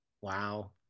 Wow